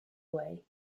way